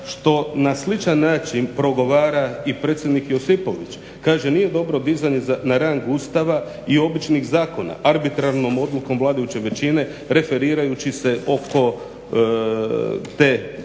što na sličan način progovara i predsjednik Josipović. Kaže, nije dobro dizanje na rang Ustava i običnih zakona, arbitrarnom odlukom vladajuće većine referirajući se oko tog